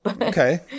Okay